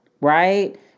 Right